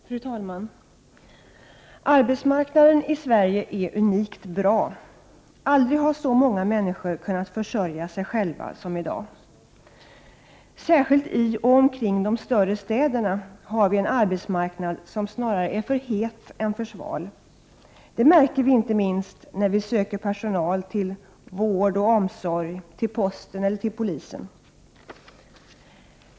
Fru talman! Arbetsmarknaden i Sverige är unikt bra, aldrig har så många människor kunnat försörja sig själva som i dag. Särskilt i och omkring de större städerna har vi en arbetsmarknad som snarare är för het än för sval. Det märker vi inte minst när vi söker personal till vård och omsorg, till posten eller till polisen.